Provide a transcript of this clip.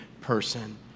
person